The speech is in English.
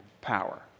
power